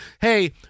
hey